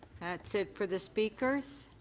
that's it for the speakers.